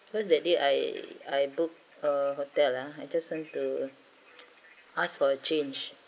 because that day I I booked uh hotel lah I just want to ask for a change